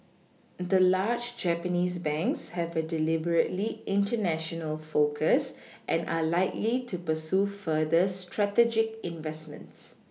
the large Japanese banks have a deliberately international focus and are likely to pursue further strategic investments